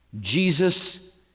Jesus